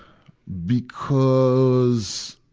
because.